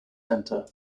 centre